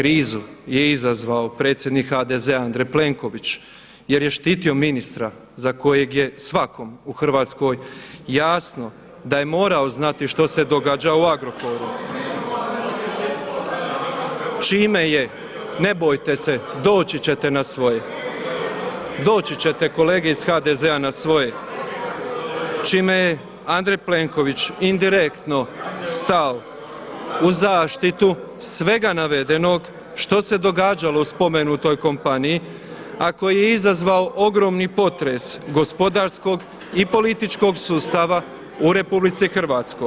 Krizu, krizu je izazvao predsjednik HDZ-a Andrej Plenković jer je štitio ministra za kojeg je svakome u Hrvatskoj jasno da je morao znati što se događa u Agrokoru, čime je, ne bojite se doći ćete na svoje, doći ćete kolege iz HDZ-a na svoje, čime je Andrej Plenković indirektno stao u zaštitu svega navedenog što se događalo spomenutoj kompaniji a koji je izazvao ogromni potres gospodarskog i političkog sustava u Republici Hrvatskoj.